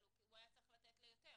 אבל הוא היה צריך לתת ליותר.